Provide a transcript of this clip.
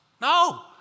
No